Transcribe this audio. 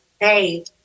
hey